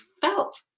felt